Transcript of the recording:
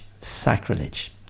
Sacrilege